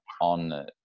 on